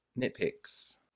nitpicks